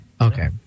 Okay